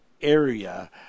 area